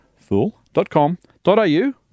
fool.com.au